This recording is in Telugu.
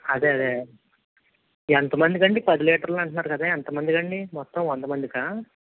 అదే అదే ఎంత మందికి అండి పది లీటర్లు అంటున్నారు కదా ఎంత మందికి అండి మొత్తం వంద మందికా